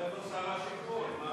אבל איפה שר השיכון?